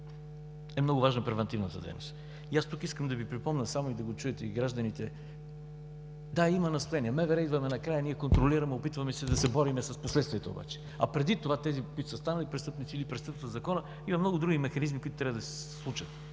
е много важна превантивната дейност. Тук искам да Ви припомня само, за да го чуят и гражданите – да, има настроение. МВР идваме накрая, ние контролираме, опитваме се да се борим с последствията обаче, а преди това за тези, които са станали престъпници или престъпват закона, има много други механизми, които трябва да се случат